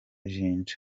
jinja